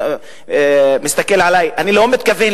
הביאו מטוסים,